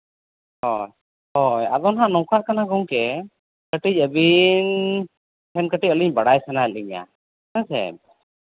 ᱦᱳᱭ ᱦᱳᱭ ᱟᱫᱚ ᱱᱟᱦᱟᱸᱜ ᱱᱚᱝᱠᱟᱜ ᱠᱟᱱᱟ ᱜᱳᱢᱠᱮ ᱠᱟᱹᱴᱤᱡ ᱟᱹᱵᱤᱱ ᱴᱷᱮᱱ ᱠᱟᱹᱴᱤᱡ ᱟᱹᱞᱤᱧ ᱵᱟᱲᱟᱭ ᱥᱟᱱᱟᱭᱮᱫ ᱞᱤᱧᱟ ᱦᱮᱸ ᱥᱮ